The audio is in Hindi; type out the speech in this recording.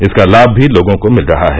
इसका लाम भी लोगों को मिल रहा है